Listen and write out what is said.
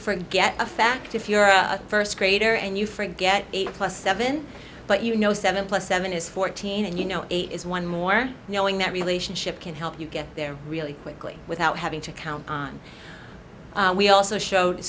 forget a fact if you're a first grader and you forget eight plus seven but you know seven plus seven is fourteen and you know eight is one more knowing that relationship can help you get there really quickly without having to count on we also showed